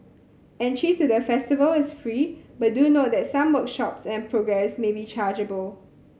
entry to the festival is free but do note that some workshops and programmes may be chargeable